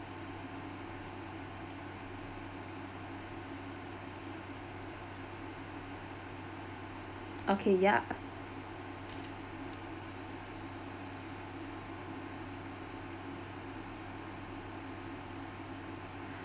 okay yup